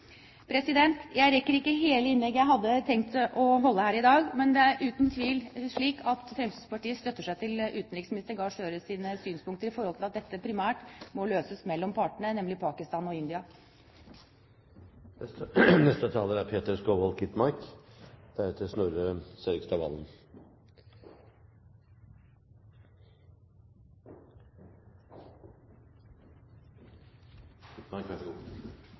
Jeg rekker ikke hele innlegget jeg hadde tenkt å holde her i dag, men det er uten tvil slik at Fremskrittspartiet støtter seg til utenriksminister Gahr Støres synspunkter om at dette primært må løses mellom partene, nemlig mellom Pakistan og India.